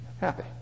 Happy